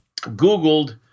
Googled